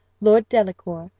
lord delacour,